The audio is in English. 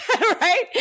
right